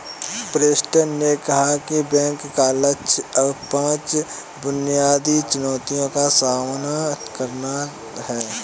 Preston ने कहा कि बैंक का लक्ष्य अब पांच बुनियादी चुनौतियों का सामना करना है